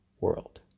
world